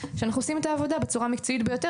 שאנחנו עושים את העבודה בצורה המקצועית ביותר.